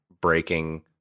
breaking